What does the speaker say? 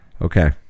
Okay